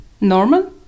normal